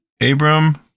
abram